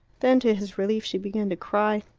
then, to his relief, she began to cry.